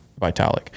vitalik